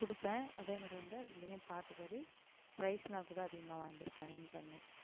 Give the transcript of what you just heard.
கொடுப்பேன் அதேமாதிரி வந்து அதிலயும் பாட்டுப்பாடி ப்ரைஸ்லாம்கூட அதிகமாக வாங்கியிருக்கேன் வின் பண்ணி